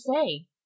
say